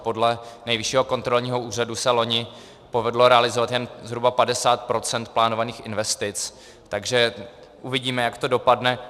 Podle Nejvyššího kontrolního úřadu se loni povedlo realizovat jen zhruba 50 % plánovaných investic, takže uvidíme, jak to dopadne.